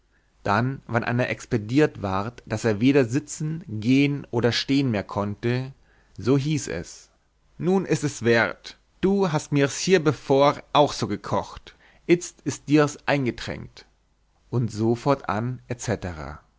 dann wann einer expediert ward daß er weder sitzen gehen oder stehen mehr konnte so hieß es nun ist es wett du hast mirs hiebevor auch so gekocht itzt ist dirs eingetränkt und so fortan